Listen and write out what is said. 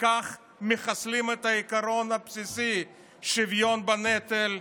כך מחסלים את העיקרון הבסיסי של שוויון בנטל,